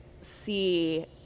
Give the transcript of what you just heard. see